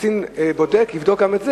שהקצין הבודק יבדוק גם את זה,